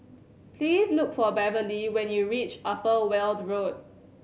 please look for Beverly when you reach Upper Weld Road